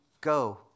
go